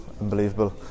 unbelievable